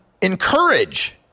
encourage